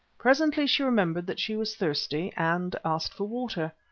presently she remembered that she was thirsty, and asked for water.